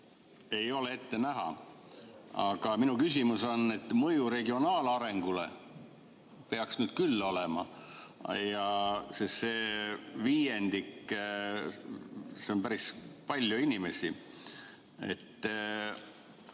ei ole ette näha. Aga minu küsimus on, et mõju regionaalarengule peaks siin küll olema. See viiendik, see on päris palju inimesi.